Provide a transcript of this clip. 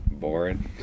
Boring